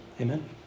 Amen